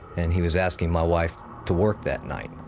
and he was asking my wife to work that night.